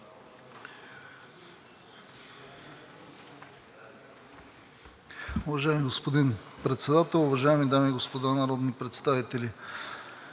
Уважаеми господин Председател, уважаеми дами и господа народни представители!